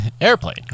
Airplane